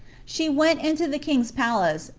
she went into the king's palace,